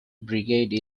brigade